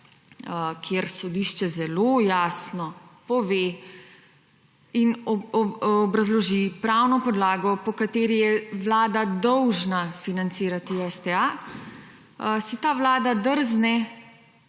kjer sodišče zelo jasno pove in obrazloži pravno podlago, po kateri je vlada dolžna financirati STA, si ta vlada drzne